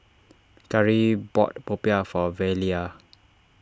Kari bought Popiah for Velia